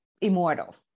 immortal